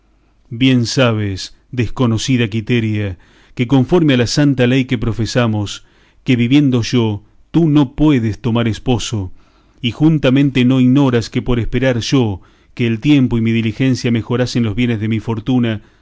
bien sabes desconocida quiteria que conforme a la santa ley que profesamos que viviendo yo tú no puedes tomar esposo y juntamente no ignoras que por esperar yo que el tiempo y mi diligencia mejorasen los bienes de mi fortuna